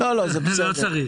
לא צריך.